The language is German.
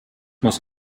muss